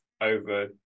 over